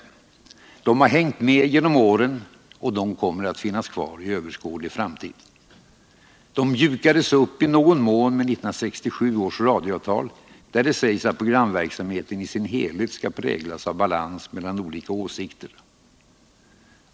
De har hängt med genom åren, och de kommer att finnas kvar i överskådlig framtid. De mjukades upp i någon mån med 1967 års radioavtal, där det sägs att programverksamheten i sin helhet skall präglas av balans mellan olika åsikter.